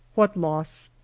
what loss.